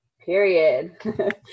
Period